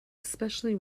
especially